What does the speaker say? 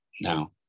Now